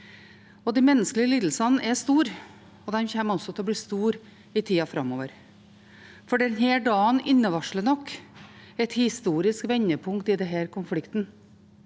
De menneskelige lidelsene er store, og de kommer til å være store også i tida framover. Denne dagen innevarsler nok et historisk vendepunkt i denne konflikten.